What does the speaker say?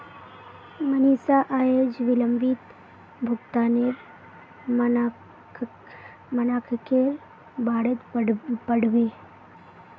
मनीषा अयेज विलंबित भुगतानेर मनाक्केर बारेत पढ़बे